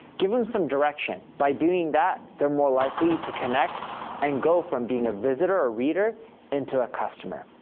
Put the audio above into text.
give them some direction. by doing that, they're more likely to connect and go from being a visitor or a reader into a customer.